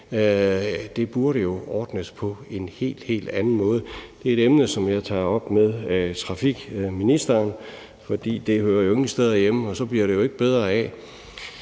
Det burde jo ordnes på en helt, helt anden måde. Det er et emne, som jeg tager op med transportministeren, for det hører jo ingen steder hjemme. Og så bliver det jo ikke bedre af,